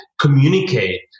communicate